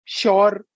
sure